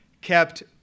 kept